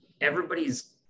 everybody's